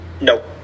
Nope